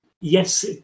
Yes